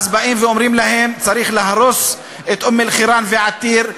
אז באים ואמרים להם: צריך להרוס את אום-אלחיראן ועתיר,